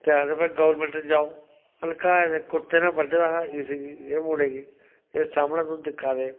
ते आखदे भाई गौरमैंट दे जाओ हल्काए दे कुत्ते ने बड्ढे दा हा इसगी एह् मुड़े गी एह् सामनै तुस दिक्खा दे